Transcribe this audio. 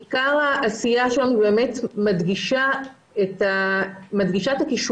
עיקר העשייה שלנו הוא באמת מדגישה את הכישורים